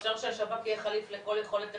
אפשר שהשב"כ יהיה חליף לכל יכולת טכנולוגית.